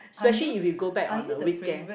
specially if we go back on the weekend